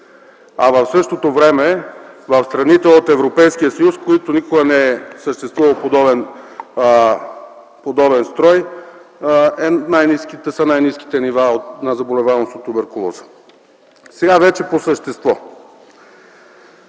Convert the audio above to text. а в същото време в страните от Европейския съюз, в които никога не е съществувал подобен строй, са най-ниските нива на заболеваемост от туберкулоза. Сега вече по същество.